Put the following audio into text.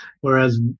Whereas